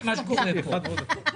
בכיר בקואליציה.